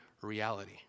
reality